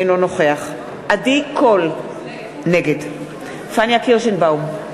אינו נוכח עדי קול, נגד פניה קירשנבאום,